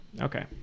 okay